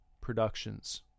Productions